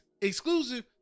exclusive